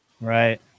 Right